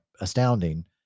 astounding